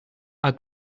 are